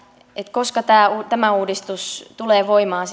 koska tämä tämä uudistus tulee voimaan